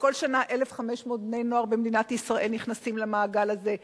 ובכל שנה 1,500 בני-נוער במדינת ישראל נכנסים למעגל הזה,